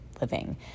living